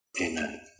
Amen